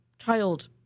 child